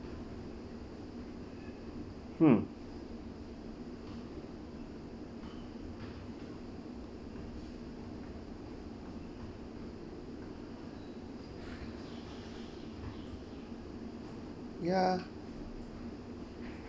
hmm ya